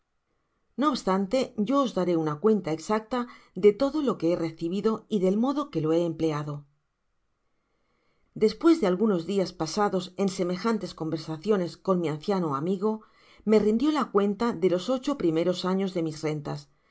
no obstante yo os daré una cuenta exacta de todo lo que he recibido y del modo que lo he empleado despues de algunos dias pasados en semejantes conversaciones con mi anciano amigo me rindió la cuenta de los ocho primeros anos de mis rentas